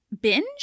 binge